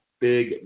big